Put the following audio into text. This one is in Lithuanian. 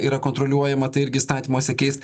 yra kontroliuojama tai irgi įstatymuose keist